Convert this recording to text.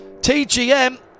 TGM